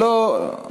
אבל לא רקע עכשיו.